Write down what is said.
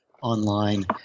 online